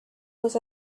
was